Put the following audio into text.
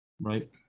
Right